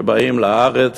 שבאים לארץ